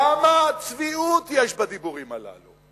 כמה צביעות יש בדיבורים הללו.